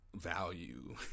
Value